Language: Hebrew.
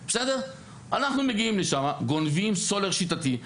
אנחנו מגיעים לשם, גונבים סולר שיטתי.